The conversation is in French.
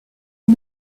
est